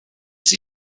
sie